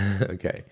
Okay